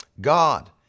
God